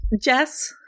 Jess